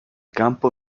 campo